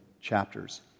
chapters